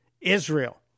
Israel